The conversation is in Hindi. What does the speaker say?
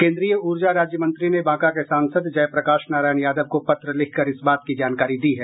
केन्द्रीय ऊर्जा राज्यमंत्री ने बांका के सांसद जयप्रकाश नारायण यादव को पत्र लिखकर इस बात की जानकारी दी है